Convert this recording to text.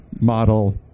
model